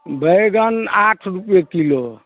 बैंगन आठ रुपये किलो